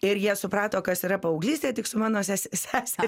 ir jie suprato kas yra paauglystė tik su mano sese sese